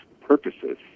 purposes